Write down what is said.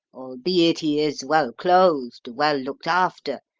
albeit he is well clothed, well-looked after,